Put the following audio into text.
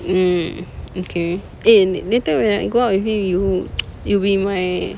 mm okay eh later when I go out with him you you be my